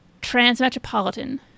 Transmetropolitan